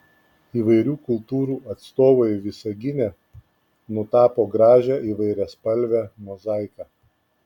įvairių kultūrų atstovai visagine nutapo gražią įvairiaspalvę mozaiką